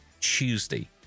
Tuesday